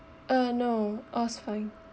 uh no all's fine